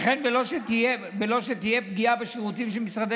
וכן בלא שתהיה פגיעה בשירותים שמשרדי